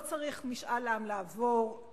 לא צריך לעבור משאל עם,